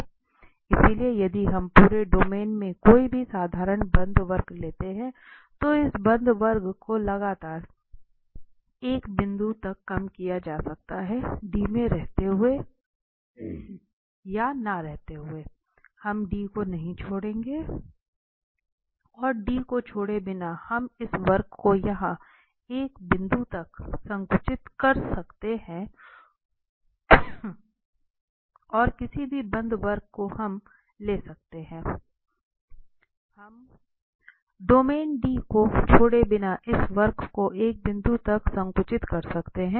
इसलिए यदि हम पूरे डोमेन में कोई भी साधारण बंद वक्र लेते हैं तो इस बंद वक्र को लगातार एक बिंदु तक कम किया जा सकता है D में रहते हुए या न रहते हुए हम D को नहीं छोड़ेंगे और D को छोड़े बिना हम इस वक्र को यहां एक बिंदु तक संकुचित कर सकते हैं और किसी भी बंद वक्र को हम ले सकते हैं हम डोमेन D को छोड़े बिना इस वक्र को एक बिंदु तक संकुचित कर सकते हैं